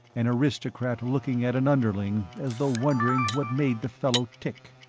an aristocrat looking at an underling as though wondering what made the fellow tick.